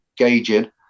engaging